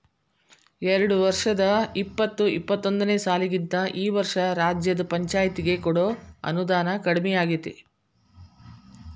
ಎರ್ಡ್ಸಾವರ್ದಾ ಇಪ್ಪತ್ತು ಇಪ್ಪತ್ತೊಂದನೇ ಸಾಲಿಗಿಂತಾ ಈ ವರ್ಷ ರಾಜ್ಯದ್ ಪಂಛಾಯ್ತಿಗೆ ಕೊಡೊ ಅನುದಾನಾ ಕಡ್ಮಿಯಾಗೆತಿ